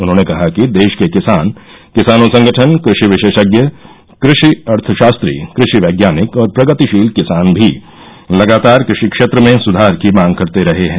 उन्होंने कहा कि देश के किसान किसानों संगठन कृषि विशेषज्ञ कृषि अर्थशास्त्री कृषि वैज्ञानिक और प्रगतिशील किसान भी लगातार कृषि क्षेत्र में सुधार की मांग करते रहे हैं